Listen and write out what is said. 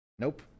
Nope